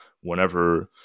whenever